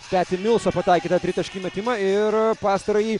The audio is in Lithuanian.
peti milso pataikytą tritaškį metimą ir pastarąjį